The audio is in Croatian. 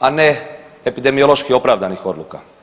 a ne epidemiološki opravdanih odluka.